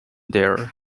there